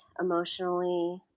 emotionally